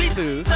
two